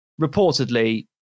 reportedly